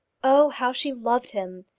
oh, how she loved him!